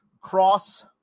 Cross